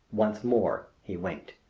once more he winked.